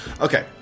Okay